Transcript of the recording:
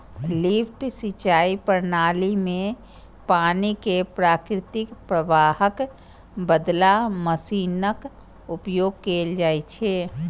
lift सिंचाइ प्रणाली मे पानि कें प्राकृतिक प्रवाहक बदला मशीनक उपयोग कैल जाइ छै